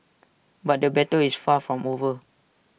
but the battle is far from over